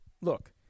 Look